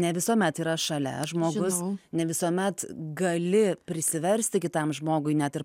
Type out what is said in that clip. ne visuomet yra šalia žmogus ne visuomet gali prisiversti kitam žmogui net ir